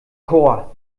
chor